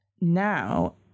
Now